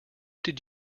did